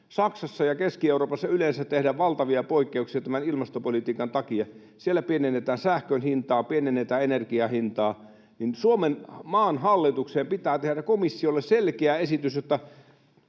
Saksassa ja Keski-Euroopassa yleensä tehdään valtavia poikkeuksia tämän ilmastopolitiikan takia. Siellä pienennetään sähkön hintaa, pienennetään energian hintaa. Maan hallituksen pitää tehdä komissiolle selkeä esitys...